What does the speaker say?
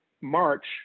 March